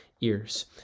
ears